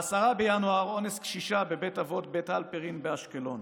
ב-10 בינואר: אונס קשישה בבית אבות בית הלפרין באשקלון,